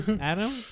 Adam